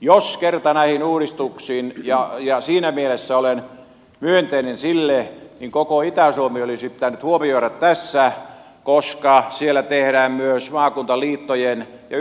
jos kerta mennään näihin uudistuksiin ja siinä mielessä olen myönteinen sille koko itä suomi olisi pitänyt huomioida tässä koska siellä tehdään myös maakuntaliittojen ja